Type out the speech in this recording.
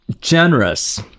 generous